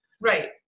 Right